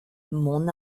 mont